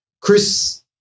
Chris